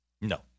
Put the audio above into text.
No